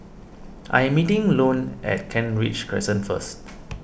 I am meeting Lone at Kent Ridge Crescent first